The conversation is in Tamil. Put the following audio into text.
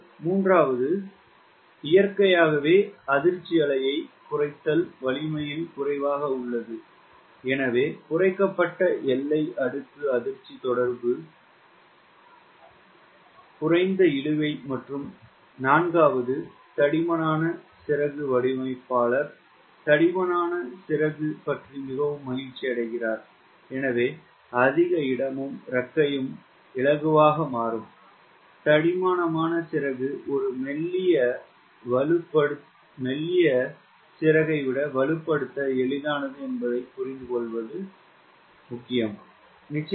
மூன்றாவது இயற்கையாகவே அதிர்ச்சி அலையை வலிமையில் குறைவாக உள்ளது எனவே குறைக்கப்பட்ட எல்லை அடுக்கு அதிர்ச்சி தொடர்பு எனவே குறைந்த ட்ராக் மற்றும் நான்காவது தடிமனான சிறகு வடிவமைப்பாளர் தடிமனான சிறகு பற்றி மிகவும் மகிழ்ச்சியடைகிறார் எனவே அதிக இடமும் இறக்கையும் இலகுவாக மாறும் தடிமனான சிறகு ஒரு மெல்லியதை வலுப்படுத்துவதை விட எளிதானது என்பதை புரிந்துகொள்வது முக்கியம்